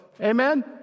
Amen